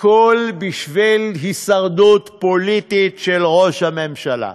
הכול בשביל הישרדות פוליטית של ראש הממשלה.